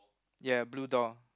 ya blue doll